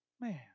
Man